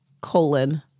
colon